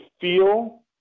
feel